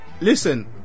Listen